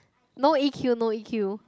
no e_q no e_q